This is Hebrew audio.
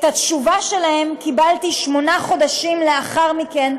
את התשובה שלהם קיבלתי שמונה חודשים לאחר מכן,